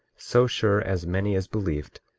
so sure as many as believed,